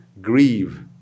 grieve